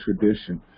tradition